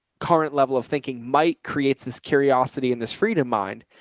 current level of thinking might creates this curiosity and this freedom mind.